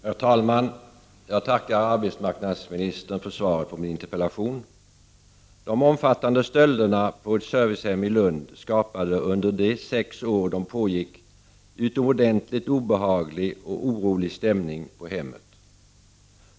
Herr talman! Jag tackar arbetsmarknadsministern för svaret på min interpellation. De omfattande stölderna på ett servicehem i Lund skapade under de sex år de pågick en utomordentligt obehaglig och orolig stämning på hemmet.